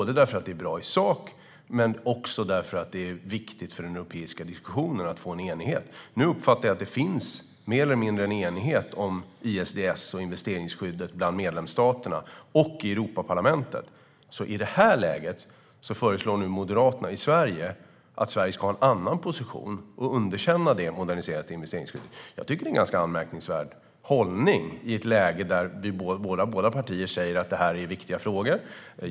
Det är både bra i sak och viktigt för den europeiska diskussionen att få enighet. Nu uppfattar jag att det mer eller mindre finns enighet om ISDS och investeringsskyddet bland medlemsstaterna och i Europaparlamentet. I det läget föreslår Moderaterna i Sverige att Sverige ska ha en annan position och underkänna det moderniserade investeringsskyddet. Jag tycker att det är en ganska anmärkningsvärd hållning i ett läge där båda våra partier säger att det är viktiga frågor.